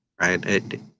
right